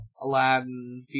Aladdin